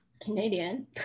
Canadian